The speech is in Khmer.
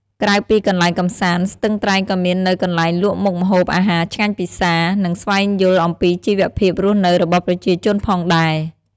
ក្រៅពីកន្លែងកំសាន្ត ស្ទឹងត្រែងក៏មាននូវកន្លែងលក់មុខម្ហូបអាហារឆ្ងាញ់ពិសារ និងស្វែងយល់អំពីជីវភាពរស់នៅរបស់ប្រជាជនផងដែរ។